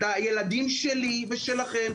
הילדים שלי ושלכם,